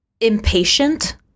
impatient